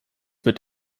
mit